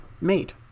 made